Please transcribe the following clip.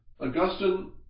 Augustine